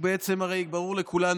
בעצם הרי ברור לכולנו,